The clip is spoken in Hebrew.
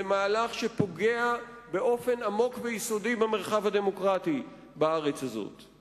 זה מהלך שפוגע באופן עמוק ויסודי במרחב הדמוקרטי בארץ הזאת.